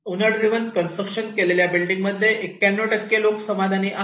owner driven construction केलेल्या building मध्ये 91 लोक समाधानी आहेत